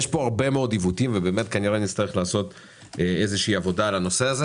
פה הרבה מאוד עיוותים וכנראה נצטרך לעשות עבודה בנושא.